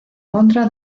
contra